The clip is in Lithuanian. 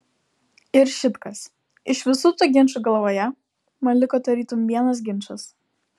ir šit kas iš visų tų ginčų galvoje man liko tarytum vienas ginčas